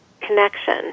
connection